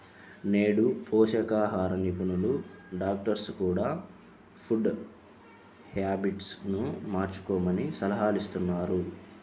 నేడు పోషకాహార నిపుణులు, డాక్టర్స్ కూడ ఫుడ్ హ్యాబిట్స్ ను మార్చుకోమని సలహాలిస్తున్నారు